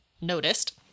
noticed